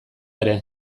ere